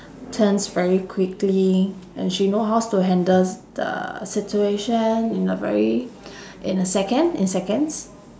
turns very quickly and she know hows to handle the situation in a very in a second in seconds